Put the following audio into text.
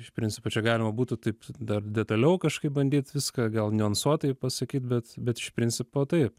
iš principo čia galima būtų taip dar detaliau kažkaip bandyt viską gal niuansuotai pasakyt bet bet iš principo taip